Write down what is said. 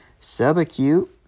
Subacute